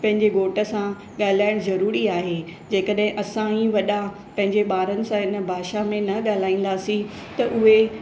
पंहिंजे घोट सां ॻाल्हाइणु ज़रूरी आहे जेकॾहिं असां ही वॾा पंहिंजे ॿारनि सां इन भाषा में न ॻाल्हाईंदासी त उहे